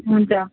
हुन्छ